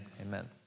amen